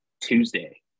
Tuesday